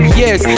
yes